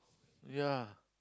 ya